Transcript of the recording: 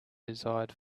desired